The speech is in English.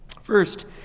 First